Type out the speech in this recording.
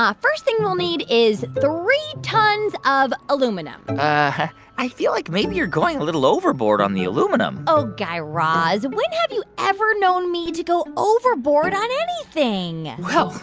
um first thing we'll need is three tons of aluminum i feel like maybe you're going a little overboard on the aluminum oh, guy raz. when have you ever known me to go overboard on anything? well,